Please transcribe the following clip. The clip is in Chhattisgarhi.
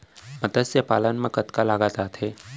मतस्य पालन मा कतका लागत आथे?